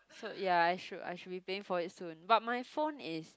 so ya I should I should be paying for it soon but my phone is